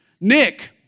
Nick